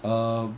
um